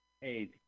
Hey